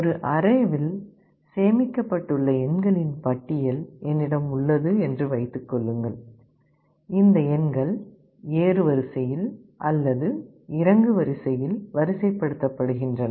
ஒரு அர்ரேவில் சேமிக்கப்பட்டுள்ள எண்களின் பட்டியல் என்னிடம் உள்ளது என்று வைத்துக் கொள்ளுங்கள் இந்த எண்கள் ஏறுவரிசையில் அல்லது இறங்கு வரிசையில் வரிசைப்படுத்தப்படுகின்றன